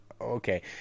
okay